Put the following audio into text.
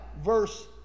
verse